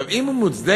אם היא מוצדקת